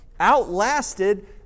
outlasted